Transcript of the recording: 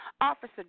Officer